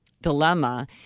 dilemma